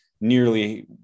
nearly